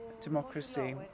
democracy